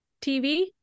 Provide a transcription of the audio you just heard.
TV